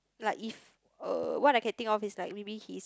like if uh what I can think of is like maybe he's